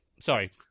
sorry